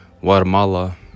Guatemala